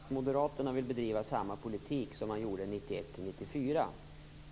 Fru talman! Vi har nu i kammaren fått besked om att moderaterna vill bedriva samma politik som man gjorde 1991-1994.